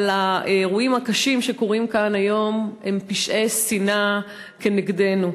אבל האירועים הקשים שקורים כאן היום הם פשעי שנאה כנגדנו.